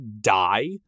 die